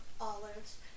olives